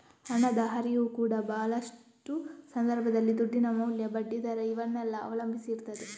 ಹಣದ ಹರಿವು ಕೂಡಾ ಭಾಳಷ್ಟು ಸಂದರ್ಭದಲ್ಲಿ ದುಡ್ಡಿನ ಮೌಲ್ಯ, ಬಡ್ಡಿ ದರ ಇವನ್ನೆಲ್ಲ ಅವಲಂಬಿಸಿ ಇರ್ತದೆ